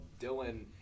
Dylan